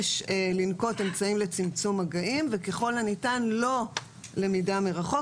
יש לנקוט אמצעים מגעים וככל הניתן לא למידה מרחוק,